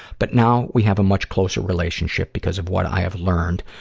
but now, we have a much closer relationship because of what i have learned